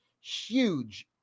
Huge